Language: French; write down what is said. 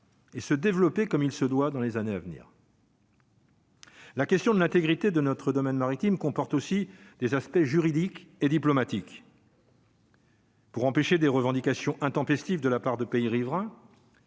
et se développer comme il se doit dans les années à venir. La question de l'intégrité de notre domaine maritime comporte aussi des aspects juridiques et diplomatiques. Pour empêcher des revendications intempestives de la part de pays riverains,